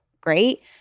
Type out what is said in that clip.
great